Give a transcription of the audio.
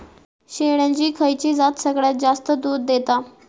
शेळ्यांची खयची जात सगळ्यात जास्त दूध देता?